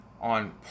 on